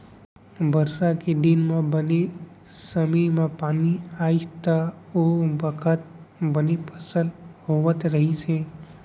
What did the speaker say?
बरसा के दिन म बने समे म पानी आइस त ओ बखत बने फसल होवत रहिस हे